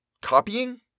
Copying